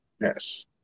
Yes